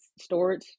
storage